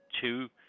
two